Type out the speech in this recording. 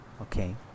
Okay